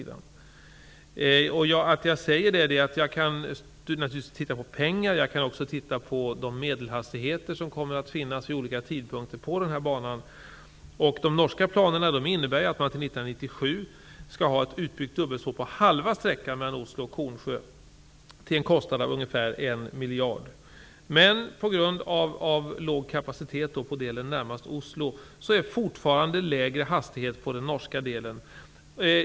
Det gäller finansieringen och de medelhastigheter som planeras för banan. De norska planerna innebär att man 1997 skall ha ett utbyggt dubbelspår på halva sträckan mellan Oslo och Kornsjö till en kostnad av ungefär en miljard. På grund av låg kapacitet på delen närmast Oslo kommer hastigheten att vara lägre på den norska delen.